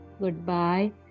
goodbye